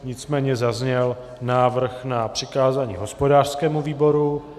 Nicméně zazněl návrh na přikázání hospodářskému výboru.